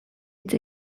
hitz